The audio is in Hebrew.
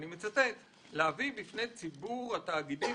ואני מצטט: "להביא בפני ציבור התאגידים